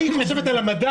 מה היא חושבת על המדע?